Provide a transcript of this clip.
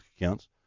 accounts